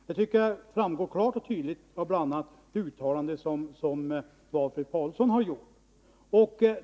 Det tycker jag framgår av bl.a. Valfrid Paulssons uttalanden.